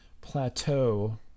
plateau